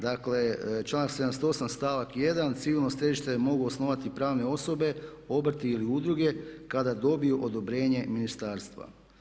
Dakle, članak 78. stavak 1. civilno strelište mogu osnovati pravne osobe, obrti ili udruge kada dobiju odobrenje ministarstva.